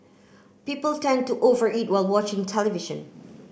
people tend to over eat while watching television